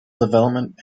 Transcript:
development